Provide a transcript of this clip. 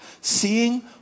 seeing